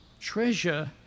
treasure